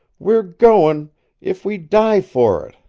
we're goin' if we die for it!